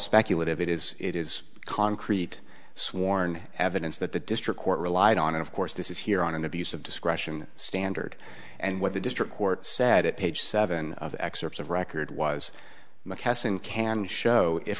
speculative it is it is concrete sworn evidence that the district court relied on and of course this is here on an abuse of discretion standard and what the district court said it page seven of the excerpts of record was mckesson can show i